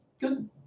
good